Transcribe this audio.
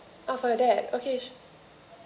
uh for your dad okay